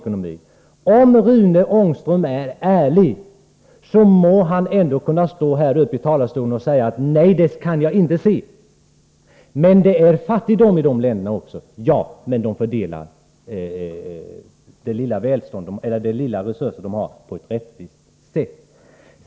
Om Rune Ångström är ärlig borde han här i talarstolen säga: Nej, detta kan jag inte se i länder med planekonomi. Det är fattigdom i dessa länder också. Ja, men de små resurser som finns fördelas på ett rättvist sätt.